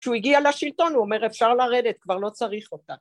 ‫כשהוא הגיע לשלטון הוא אומר, ‫אפשר לרדת, כבר לא צריך אותה.